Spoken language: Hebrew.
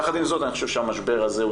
יחד עם זאת אני חושב שהמשבר הזה הוא